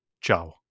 ciao